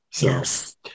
Yes